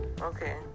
Okay